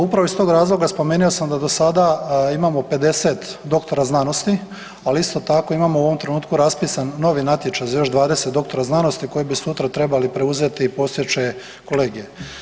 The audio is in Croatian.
Upravo iz toga razloga spomenuo sam da do sada imamo 50 doktora znanosti, ali isto tako imamo u ovom trenutku raspisan novi natječaj za još 20 doktora znanosti koji bi sutra trebali preuzeti postojeće kolegije.